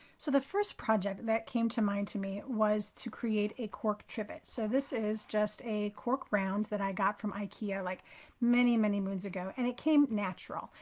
so the first project that came to mind to me was to create a cork trivet. so this is just a cork round that i got from ikea like many, many moons ago. and it came natural.